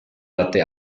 nate